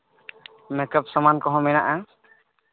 makeup ᱥᱟᱢᱟᱱ ᱠᱚᱦᱚᱸ ᱢᱮᱱᱟᱜᱼᱟ